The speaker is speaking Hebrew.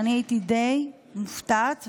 שאני הייתי די מופתעת,